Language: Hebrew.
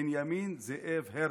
בנימין זאב הרצל,